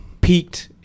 peaked –